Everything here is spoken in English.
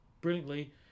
brilliantly